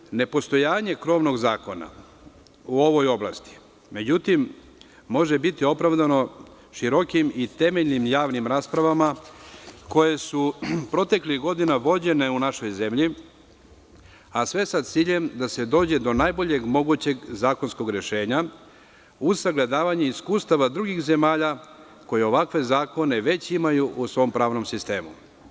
Međutim, nepostojanje krovnog zakona u ovoj oblasti može biti opravdano širokim i temeljnim javnim raspravama koje su proteklih godina vođene u našoj zemlji, a sve sa ciljem da se dođe do najboljeg mogućeg zakonskog rešenja uz sagledavanje iskustava drugih zemalja koje ovakve zakone već imaju u svom pravnom sistemu.